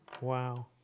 wow